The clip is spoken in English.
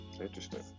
Interesting